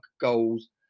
goals